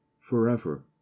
forever